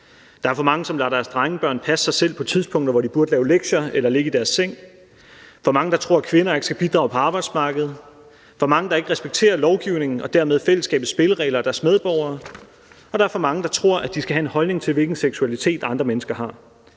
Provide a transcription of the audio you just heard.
Der er for mange, som lader deres drengebørn passe sig selv på tidspunkter, hvor de burde lave lektier eller ligge i deres seng; for mange, der tror, at kvinder ikke skal bidrage på arbejdsmarkedet; for mange, der ikke respekterer lovgivningen og dermed fællesskabets spilleregler og deres medborgere, og der er for mange, der tror, at de skal have en holdning til, hvilken seksualitet andre menensker har.